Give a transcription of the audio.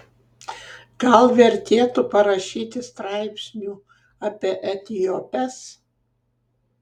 gal vertėtų parašyti straipsnių apie etiopes